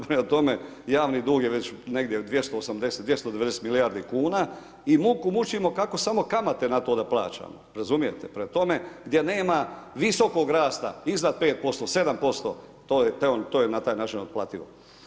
Prema tome, javni dug je već negdje 280-290 milijardi kuna, i muku mučimo kako samo kamate na to da plaćamo razumijete, prema tome, gdje nema visokog rasta iznad 5%, 7%, to je na taj način otplativo.